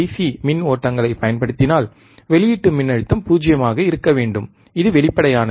C மின் ஓட்டங்களை பயன்படுத்தினால் வெளியீட்டு மின்னழுத்தம் 0 ஆக இருக்க வேண்டும் இது வெளிப்படையானது